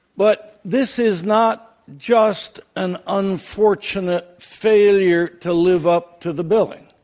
but this is not just an unfortunate failure to live up to the billing.